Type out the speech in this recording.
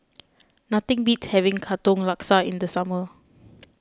nothing beats having Katong Laksa in the summer